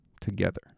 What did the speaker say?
together